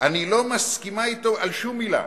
אני לא מסכימה אתו על שום מלה?